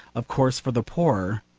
of course, for the poor,